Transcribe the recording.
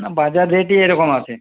না বাজার রেটই এরকম আছে